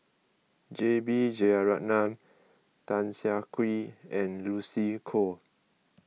J B Jeyaretnam Tan Siah Kwee and Lucy Koh